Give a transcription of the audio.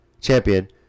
champion